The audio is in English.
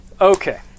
Okay